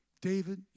David